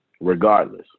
regardless